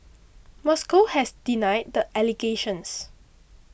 Moscow has denied the allegations